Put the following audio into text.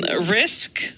risk